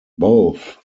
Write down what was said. both